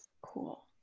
Cool